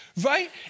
right